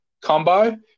combo